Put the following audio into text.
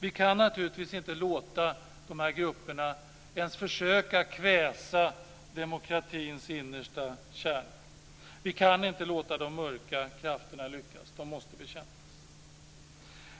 Vi kan naturligtvis inte låta de grupperna ens försöka kväsa demokratins innersta kärna. Vi kan inte låta de mörka krafterna lyckas. De måste bekämpas.